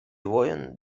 vojon